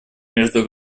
между